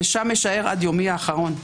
ושם אשאר עד יומי האחרון.